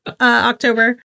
October